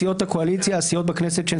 "סיעות הקואליציה" הסיעות בכנסת שהן